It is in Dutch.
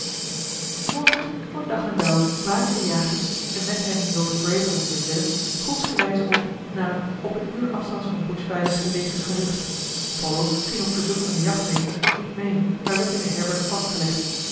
s morgens voor dag en dauw braken de jagers en met hen lord greybury en willem groepsgewijze op naar een op een uur afstands van buschweiler gelegen gehucht pollo ging op verzoek van den jachtmeester niet mee maar werd in de herberg vastgelegd